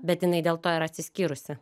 bet jinai dėl to ir atsiskyrusi